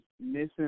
missing